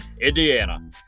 Indiana